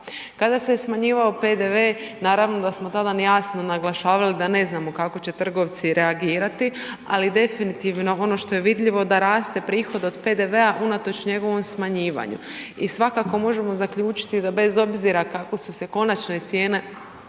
Kada se smanjivao PDV naravno da smo tada jasno naglašavali da ne znamo kako će trgovci reagirati ali definitivno ono što je vidljivo da raste prihod od PDV-a unatoč njegovom smanjivanju. I svakako možemo zaključiti da bez obzira kako su se konačne cijene